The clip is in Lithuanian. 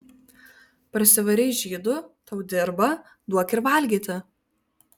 parsivarei žydų tau dirba duok ir valgyti